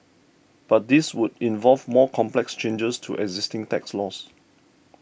but this would involve more complex changes to existing tax laws